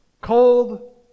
cold